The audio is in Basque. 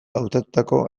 hautatutako